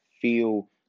feel